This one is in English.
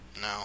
No